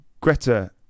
Greta